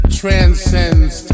transcends